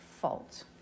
fault